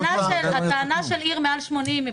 הטענה על עיר עם יותר מ-80,000 תושבים